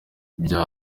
bya